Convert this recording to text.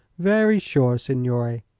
very sure, signore.